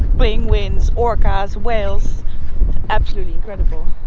penguins, orcas, whales absolutely incredible